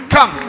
Come